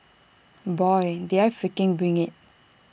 boy did I freaking bring IT